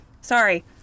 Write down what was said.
Sorry